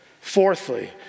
Fourthly